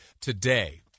today—